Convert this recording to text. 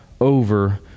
over